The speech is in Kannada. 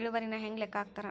ಇಳುವರಿನ ಹೆಂಗ ಲೆಕ್ಕ ಹಾಕ್ತಾರಾ